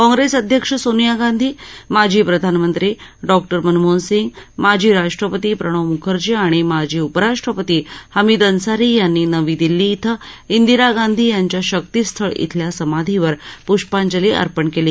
काँग्रेस अध्यक्ष सोनिया गांधी माजी प्रधानमंत्री डॉक्टर मनमोहन सिंग माजी राष्ट्रपती प्रणव मुखर्जी आणि माजी उपराष्ट्पती हमीद अन्सारी यांनी नवी दिल्ली इथं इंदिरा गांधी यांच्या शक्तीस्थळ इथल्या समाधीवर प्ष्पांजली अर्पण केली